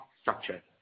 structure